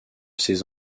ses